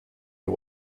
you